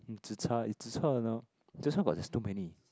mm zi-char is zi-char you know just now got there's too many